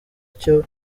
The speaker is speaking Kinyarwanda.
cyo